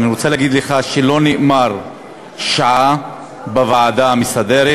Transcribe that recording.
אני רוצה להגיד לך שלא נאמרה שעה בוועדה המסדרת.